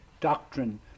doctrine